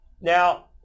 Now